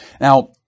Now